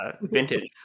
Vintage